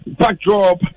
backdrop